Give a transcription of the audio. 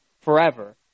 forever